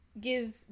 give